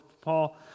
Paul